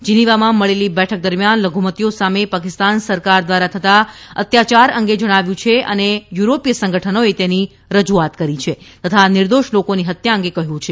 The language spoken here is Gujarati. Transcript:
જીનીવામાં મળેલી બેઠક દરમિયાન લધુમતિઓ સામે પાકિસ્તાન સરકાર દ્વારા થતા અત્યાયાર અંગે જણાવ્યું છે અને યુરોપીય સંગઠનોએ તેની રજૂઆત કરી છે તથા નિર્દોષ લોકોની હત્યા અંગે કહ્યું છે